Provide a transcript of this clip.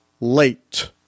late